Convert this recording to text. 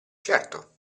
certo